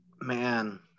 Man